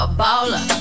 baller